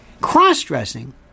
Cross-dressing